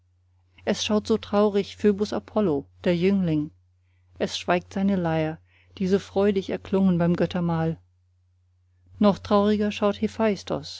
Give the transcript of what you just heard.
es schaut so traurig phöbos apollo der jüngling es schweigt seine lei'r die so freudig erklungen beim göttermahl noch trauriger schaut